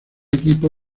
equipo